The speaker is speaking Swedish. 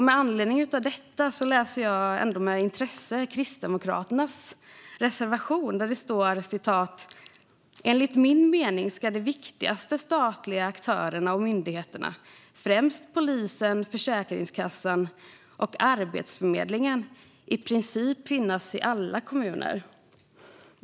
Med anledning av detta läser jag med intresse Kristdemokraternas reservation där det står: "Enligt min mening ska de viktigaste statliga aktörerna och myndigheterna, främst polisen, Försäkringskassan och Arbetsförmedlingen, i princip finnas i alla kommuner."